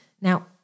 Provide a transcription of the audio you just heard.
Now